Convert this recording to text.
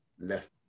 Left